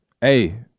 Hey